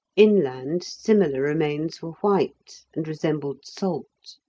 inland similar remains were white, and resembled salt.